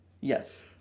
Yes